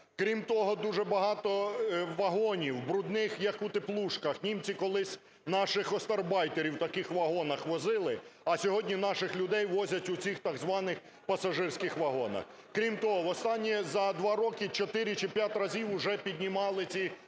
Крім того, дуже багато вагонів брудних, як у теплушках, німці колись наших остарбайтерів у таких вагонах возили, а сьогодні наших людей возять у цих так званих пасажирських вагонах. Крім того, востаннє за два роки чотири чи п'ять разів уже піднімали ці вантажні